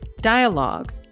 Dialogue